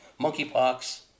monkeypox